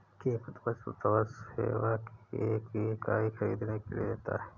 कीमत वस्तु अथवा सेवा की एक इकाई ख़रीदने के लिए देता है